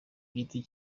giti